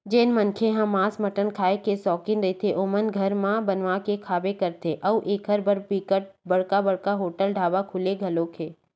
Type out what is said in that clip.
जेन मनखे ह मांस मटन खांए के सौकिन रहिथे ओमन घर म बनवा के खाबे करथे अउ एखर बर बिकट बड़का बड़का होटल ढ़ाबा खुले घलोक हे